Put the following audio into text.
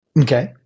okay